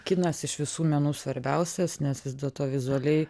kinas iš visų menų svarbiausias nes vis dėlto vizualiai